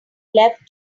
left